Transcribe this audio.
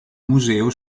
museo